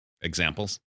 Examples